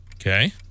Okay